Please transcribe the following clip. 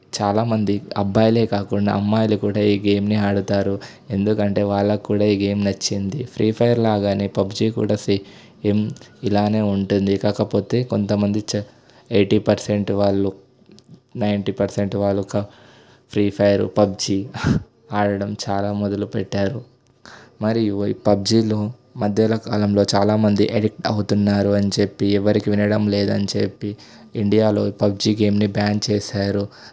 చాలామంది అబ్బాయిలే కాకుండా అమ్మాయిలు కూడా ఈ గేమ్ని ఆడతారు ఎందుకంటే వాళ్ళకు కూడా ఈ గేమ్ నచ్చింది ఫ్రీఫైర్ లాగానే పబ్జి కూడా సేమ్ ఇలానే ఉంటుంది కాకపోతే కొంతమంది చా ఎయిటీ పర్సెంట్ వాళ్ళు నైన్టి పర్సెంట్ వాళ్ళొక ఫ్రీఫైర్ పబ్జి ఆడడం చాలా మొదలుపెట్టారు మరియు పబ్జిలో మధ్యలో కాలంలో చాలామంది ఎడిక్ట్ అవుతున్నారు అని చెప్పి ఎవరికి వినడం లేదని చెప్పి ఇండియాలో పబ్జి గేమ్ని బ్యాన్ చేశారు